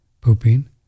pooping